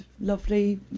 lovely